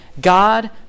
God